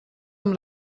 amb